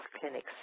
clinics